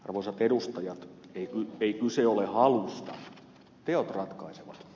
arvoisat edustajat ei kyse ole halusta teot ratkaisevat